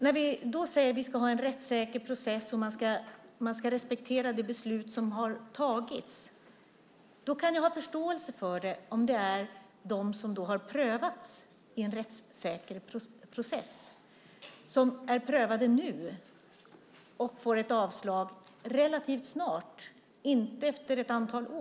När det sägs att vi ska ha en rättssäker process och att man ska respektera de beslut som har tagits kan jag ha förståelse för det om det gäller dem som har prövats nu i en rättssäker process och får avslag relativt snart, inte efter ett antal år.